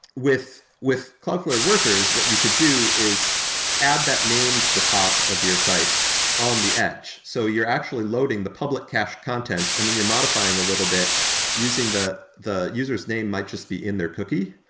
with with cloudflare workers, what you could do is add that name to the top of your site on the edge. so you're actually loading the public cache content and then you're modifying a little bit using the the user s name might just be in their cookie,